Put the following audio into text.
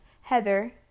heather